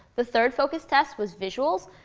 the third focus test was visuals.